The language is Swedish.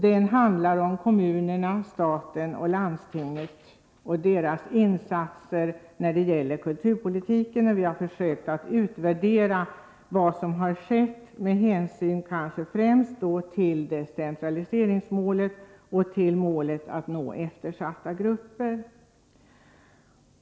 Den gäller kommunernas, statens och landstingens insatser i fråga om kulturpolitiken. Vi har försökt utvärdera vad som har skett på de områdena med hänsyn främst till decentraliseringsmålet och med hänsyn till målet att nå eftersatta grupper.